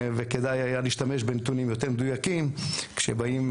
וכדאי היה להשתמש בנתונים יותר מדויקים כשבאים,